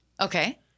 Okay